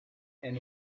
and